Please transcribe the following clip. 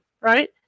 right